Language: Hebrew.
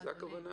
זאת הכוונה?